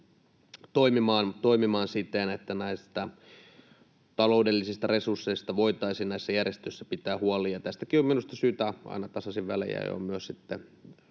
toimimaan siten, että näistä taloudellisista resursseista voitaisiin näissä järjestöissä pitää huoli. Minusta tästäkin on syytä aina tasaisin väliajoin